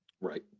Right